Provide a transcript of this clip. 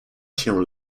się